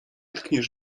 tkniesz